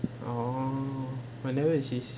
oh whenever is this